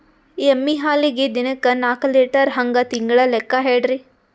ಎಮ್ಮಿ ಹಾಲಿಗಿ ದಿನಕ್ಕ ನಾಕ ಲೀಟರ್ ಹಂಗ ತಿಂಗಳ ಲೆಕ್ಕ ಹೇಳ್ರಿ?